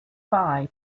bye